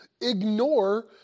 ignore